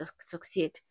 succeed